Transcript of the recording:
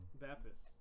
Baptist